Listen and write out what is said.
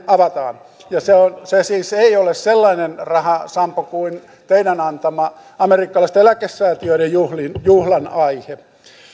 avataan ja se siis ei ole sellainen rahasampo kuin teidän antamanne amerikkalaisten eläkesäätiöiden juhlan juhlan aihe